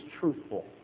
truthful